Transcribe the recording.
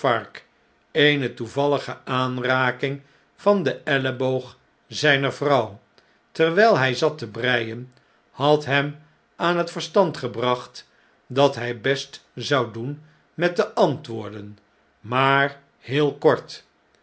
eene toevallige aanraking van den elleboog zjjner vrouw terwn'l zu zat te breien had hem aan t verstand gebracht dat hjj best zou doen met te antwoorden maar heel kort